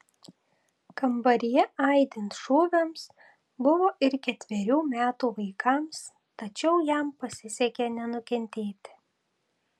kambaryje aidint šūviams buvo ir ketverių metų vaikams tačiau jam pasisekė nenukentėti